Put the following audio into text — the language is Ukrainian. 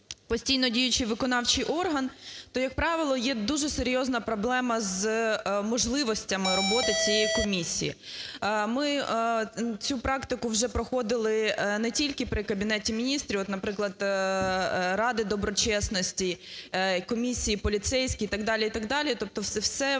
постійно діючий виконавчий орган, то, як правило, є дуже серйозна проблема з можливостями роботи цієї комісії. Ми цю практику вже проходили не тільки при Кабінеті Міністрів, от, наприклад, ради доброчесності, комісії поліцейські і так далі, і так далі. Тобто все це